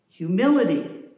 humility